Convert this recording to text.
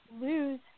lose